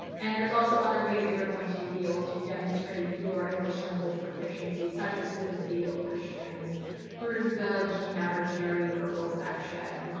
and there's also other ways that you're going to be able to demonstrate your english language proficiency, such as through the video questions through the gmat or gre verbal section.